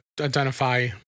identify